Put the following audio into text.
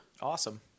Awesome